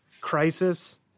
crisis